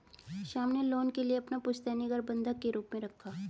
श्याम ने लोन के लिए अपना पुश्तैनी घर बंधक के रूप में रखा